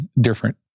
different